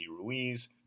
Ruiz